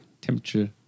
Temperature